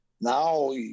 now